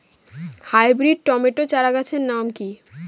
Hybrid tomato চারাগাছের নাম কি?